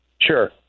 Sure